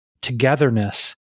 togetherness